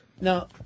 No